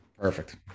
perfect